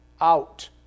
out